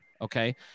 okay